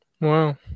Wow